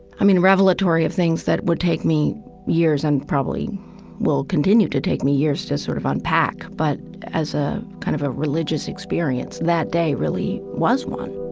i mean, revelatory of things that would take me years and probably will continue to take me years to sort of unpack, but as a kind of religious experience, that day really was one